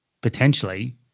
potentially